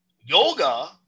Yoga